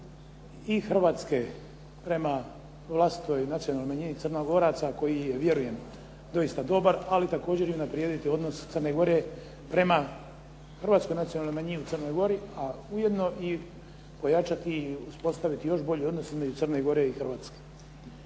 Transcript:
i Hrvatske prema vlastitoj nacionalnoj manjini Crnogoraca koji je vjerujem doista dobar ali također i unaprijediti odnos Crne Gore prema hrvatskoj nacionalnoj manjini u Crnoj Gori a ujedno i ojačati i uspostaviti još bolji odnos između Crne Gore i Hrvatske.